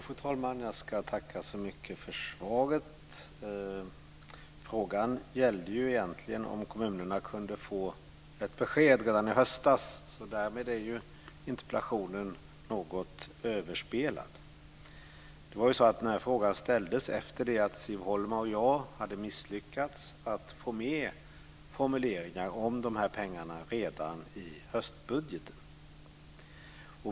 Fru talman! Jag tackar så mycket för svaret. Frågan gällde egentligen om kommunerna kunde få ett besked redan i höstas. Därmed är interpellationen något överspelad. Frågan ställdes efter det att Siv Holma och jag hade misslyckats att få med formuleringar om pengarna redan i höstbudgeten.